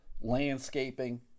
landscaping